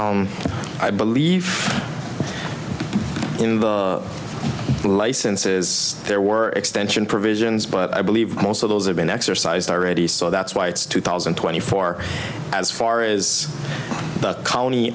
us i believe in the licenses there were extension provisions but i believe most of those have been exercised already so that's why it's two thousand and twenty four as far as the co